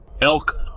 Elk